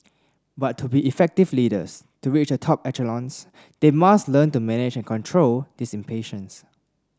but to be effective leaders to reach a top echelons they must learn to manage control this impatience